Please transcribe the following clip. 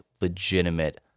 legitimate